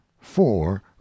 four